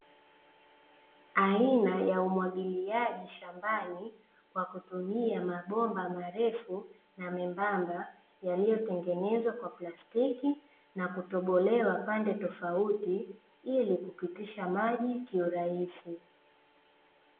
Aina ya umwagiliaji shambani, kwa kutumia mabomba marefu na membamba, yaliyotengenezwa kwa plastiki na kutobolewa pande tofauti, ili kupitisha maji ki urahisi.